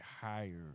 higher